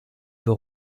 veut